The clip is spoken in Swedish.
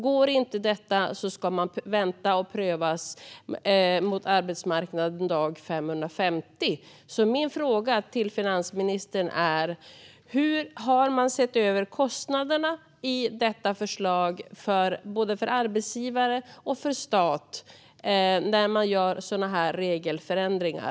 Går inte detta ska de prövas mot arbetsmarknaden dag 550. Har man sett över kostnaderna för arbetsgivare och för stat när man föreslår sådana regelförändringar?